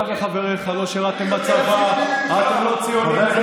אתה וחבריך לא שירתם בצבא, אני יותר ציוני ממך.